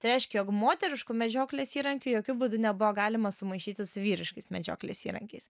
tai reiškia jog moteriškų medžioklės įrankių jokiu būdu nebuvo galima sumaišyti su vyriškais medžioklės įrankiais